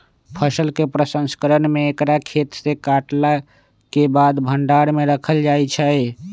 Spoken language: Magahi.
फसल के प्रसंस्करण में एकरा खेतसे काटलाके बाद भण्डार में राखल जाइ छइ